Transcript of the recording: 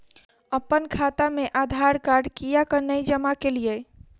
अप्पन खाता मे आधारकार्ड कियाक नै जमा केलियै?